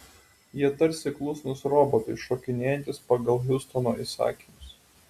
jie tarsi klusnūs robotai šokinėjantys pagal hiustono įsakymus